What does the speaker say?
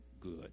good